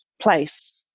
place